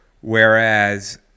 Whereas